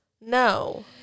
no